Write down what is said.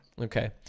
okay